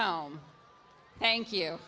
home thank you